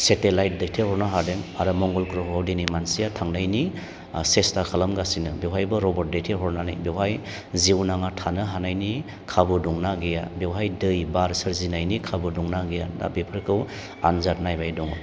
satellite दैथाय हरनो हादों आरो मंगल ग्रह'आव दिनै मानसिया थांनायनि ओ सेसथा खालामगासिनो बेवहायबो रबट दैथाय हरनानै बेवहाय जिउनाङा थानो हानायनि खाबु दंना गैया बेवहाय दै बार सोरजिनायनि खाबु दंना गैया दा बेफोरखौ आनजाद नायबाय दङ